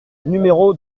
numéro